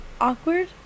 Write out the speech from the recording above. awkward